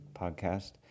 podcast